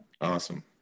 Awesome